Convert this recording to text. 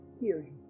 hearing